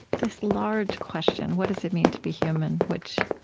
this large question, what does it mean to be human? which